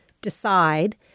decide